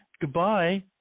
Goodbye